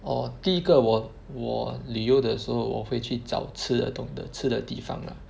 orh 第一个我我旅游的时候说我会去找吃的懂的吃的地方 ah